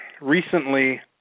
recently